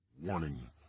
Warning